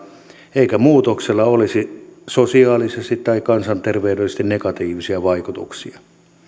eikä muutoksella olisi sosiaalisesti tai kansanterveydellisesti negatiivisia vaikutuksia